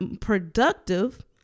productive